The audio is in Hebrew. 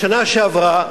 בשנה שעברה